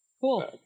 Cool